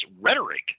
rhetoric